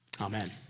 Amen